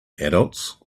adults